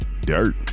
Dirt